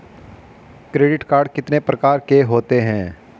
Credit card कितने प्रकार के होते हैं?